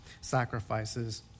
sacrifices